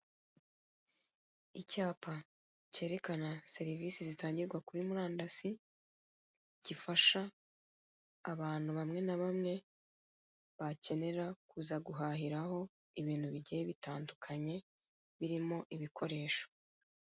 Icyapa kerekana serivisi zitangirwa kuri murandasi. Gifasha abantu bamwe n'abamwe bakenera kuza guhahiraho ibintu bigiye bitandukanye birimo ibikoresho.